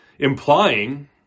implying